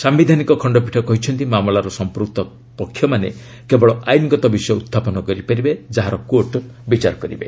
ସାୟିଧାନିକ ଖଣ୍ଡପୀଠ କହିଛନ୍ତି ମାମଲାର ସଂପୂକ୍ତ ପକ୍ଷମାନେ କେବଳ ଆଇନଗତ ବିଷୟ ଉଦ୍ଧାପନ କରିପାରିବେ ଯାହାର କୋର୍ଟ ବିଚାର କରିବେ